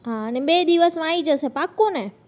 હા અને બે દિવસમાં આવી જશે પાક્કું ને